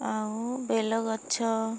ଆଉ ବେଲ ଗଛ